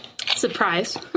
surprise